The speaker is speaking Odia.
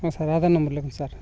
ହଁ ସାର୍ ଆଧାର୍ ନମ୍ବର୍ ଲେଖନ୍ତୁ ସାର୍